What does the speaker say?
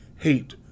hate